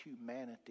humanity